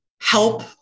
help